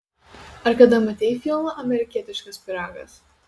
ar kada matei filmą amerikietiškas pyragas